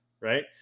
Right